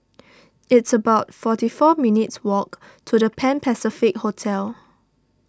it's about forty four minutes' walk to the Pan Pacific Hotel